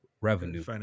revenue